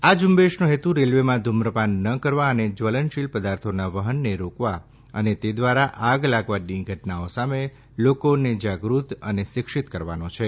આ ઝુંબેશનો હેતુ રેલવેમાં ધૂમ્રપાન ન કરવા અને જ્વલનશીલ પદાર્થોના વહનને રોકવા અને તે દ્વારા આગ લાગવાની ઘટનાઓ સામે લોકોને સાવધ અને શિક્ષિત કરવાનો છે